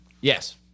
Yes